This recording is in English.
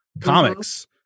comics